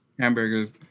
hamburgers